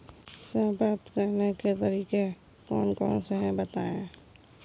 ऋण प्राप्त करने के तरीके कौन कौन से हैं बताएँ?